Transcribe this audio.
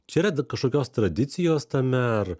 čia yra d kažkokios tradicijos tame ar